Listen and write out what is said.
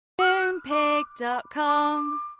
Moonpig.com